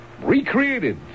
Recreated